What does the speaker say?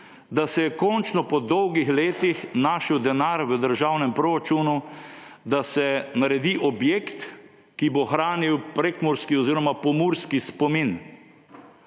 da se je končno po dolgih letih našel denar v državnem proračunu, da se naredi objekt, ki bo hranil prekmurski oziroma pomurski spomin.